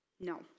No